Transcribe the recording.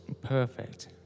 perfect